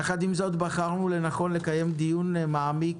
יחד עם זאת, מצאנו לנכון לקיים דיון מעמיק